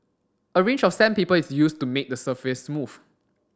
a range of sandpaper is used to make the surface smooth